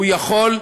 הוא יכול,